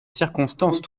circonstances